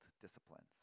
disciplines